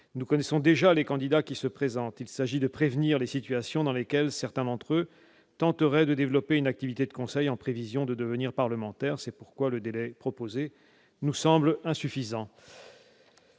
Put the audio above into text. nous connaissons déjà les candidats qui se présenteront. Il s'agit de prévenir les situations dans lesquelles certains d'entre eux tenteraient de développer une activité de conseil en vue de devenir parlementaire. C'est pourquoi le délai proposé nous semble insuffisant.